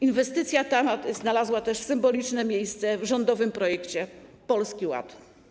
Inwestycja ta znalazła też symboliczne miejsce w rządowym projekcie Polski Ład.